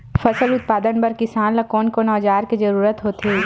फसल उत्पादन बर किसान ला कोन कोन औजार के जरूरत होथे?